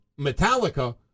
Metallica